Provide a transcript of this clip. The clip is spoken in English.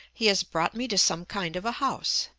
he has brought me to some kind of a house.